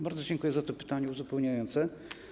Bardzo dziękuję za to pytanie uzupełniające.